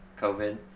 covid